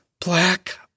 black